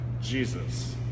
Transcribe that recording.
Jesus